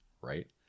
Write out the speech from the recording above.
right